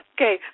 Okay